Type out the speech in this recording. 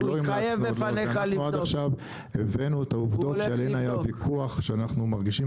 אנחנו עד עכשיו הבאנו את העובדות שעליהם היה הוויכוח שאנחנו מרגישים